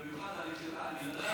בימין,